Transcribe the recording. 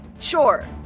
Sure